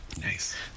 Nice